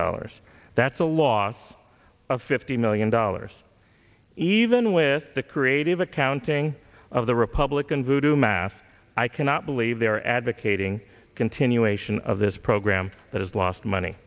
dollars that's a loss of fifty million dollars even with the creative accounting of the republicans who do math i cannot believe they're advocating a continuation of this program that has lost money